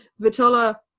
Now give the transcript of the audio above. Vitola